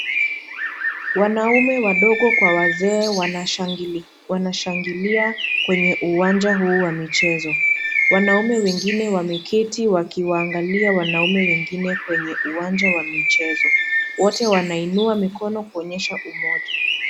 Wanaume, wadogo kwa wazee, wanashangilia kwenye uwanja huu wa michezo. Wanaume wengine wameketi wakiwaangalia wanaume wengine kwenye uwanja wa michezo. Wote wanainua mikono kuonyesha umoja.